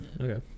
Okay